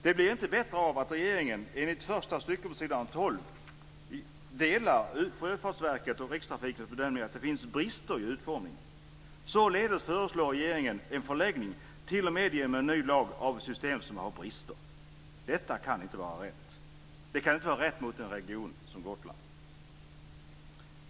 Det blir inte bättre av att regeringen, enligt första stycket på s. 112, delar Sjöfartsverkets och Rikstrafikens bedömning att det finns brister i utformningen. Således föreslår regeringen en förlängning, t.o.m. genom en ny lag, av ett system som har brister. Detta kan inte vara rätt mot en region som Gotland.